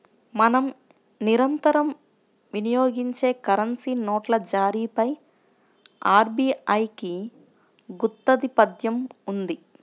మనం నిరంతరం వినియోగించే కరెన్సీ నోట్ల జారీపై ఆర్బీఐకి గుత్తాధిపత్యం ఉంది